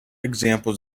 examples